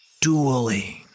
dueling